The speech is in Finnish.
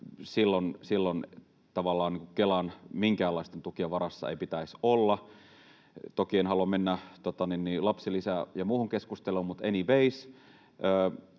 silloin tavallaan minkäänlaisten Kelan tukien varassa ei pitäisi olla. Toki en halua mennä lapsilisään ja muuhun keskusteluun, mutta anyways,